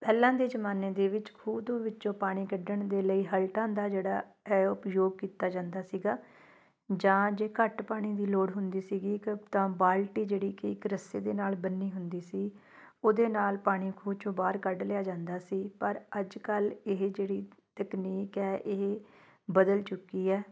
ਪਹਿਲਾਂ ਦੇ ਜ਼ਮਾਨੇ ਦੇ ਵਿੱਚ ਖੂਹ ਦੇ ਵਿੱਚੋਂ ਪਾਣੀ ਕੱਢਣ ਦੇ ਲਈ ਹਲਟਾਂ ਦਾ ਜਿਹੜਾ ਹੈ ਉਪਯੋਗ ਕੀਤਾ ਜਾਂਦਾ ਸੀਗਾ ਜਾਂ ਜੇ ਘੱਟ ਪਾਣੀ ਦੀ ਲੋੜ ਹੁੰਦੀ ਸੀਗੀ ਕ ਤਾਂ ਬਾਲਟੀ ਜਿਹੜੀ ਕਿ ਇੱਕ ਰੱਸੇ ਦੇ ਨਾਲ ਬੰਨੀ ਹੁੰਦੀ ਸੀ ਉਹਦੇ ਨਾਲ ਪਾਣੀ ਖੂਹ 'ਚੋਂ ਬਾਹਰ ਕੱਢ ਲਿਆ ਜਾਂਦਾ ਸੀ ਪਰ ਅੱਜ ਕੱਲ੍ਹ ਇਹ ਜਿਹੜੀ ਤਕਨੀਕ ਹੈ ਇਹ ਬਦਲ ਚੁੱਕੀ ਹੈ